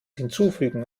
hinzufügen